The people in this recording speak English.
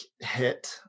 hit